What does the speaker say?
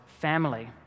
family